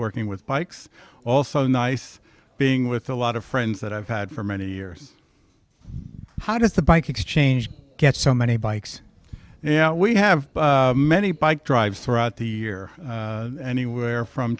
working with bikes also nice being with a lot of friends that i've had for many years how does the bike exchange get so many bikes and yeah we have many bike drives throughout the year anywhere from